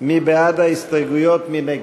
ההסתייגויות לסעיף